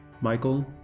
Michael